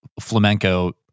flamenco